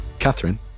Catherine